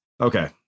Okay